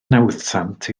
nawddsant